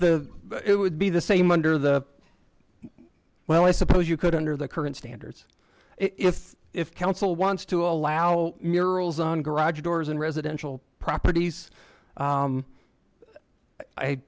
the it would be the same under the well i suppose you could under the current standards if if council wants to allow murals on garage doors in residential properties